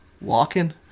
walking